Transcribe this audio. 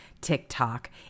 TikTok